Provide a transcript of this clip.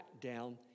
down